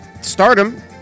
stardom